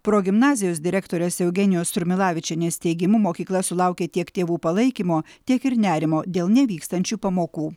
progimnazijos direktorės eugenijos surmilavičienės teigimu mokykla sulaukė tiek tėvų palaikymo tiek ir nerimo dėl nevykstančių pamokų